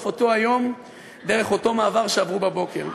אותו היום דרך אותו מעבר שעברו בבוקר.